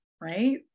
Right